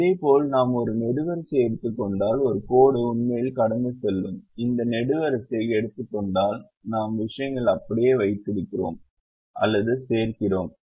இதேபோல் நாம் ஒரு நெடுவரிசையை எடுத்துக் கொண்டால் ஒரு கோடு உண்மையில் கடந்து செல்லும் இந்த நெடுவரிசையை எடுத்துக் கொண்டால் நாம் விஷயங்களை அப்படியே வைத்திருக்கிறோம் அல்லது சேர்க்கிறோம்